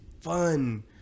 fun